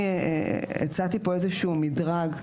אני הצעתי פה איזושהי מדרג,